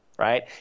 Right